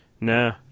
No